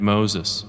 Moses